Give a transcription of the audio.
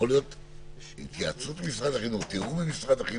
שתהיה התייעצות עם משרד החינוך, תיאום איתו